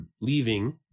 leaving